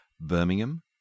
Birmingham